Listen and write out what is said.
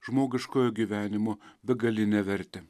žmogiškojo gyvenimo begalinę vertę